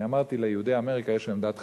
אני אמרתי, ליהודי אמריקה יש היום דת חדשה,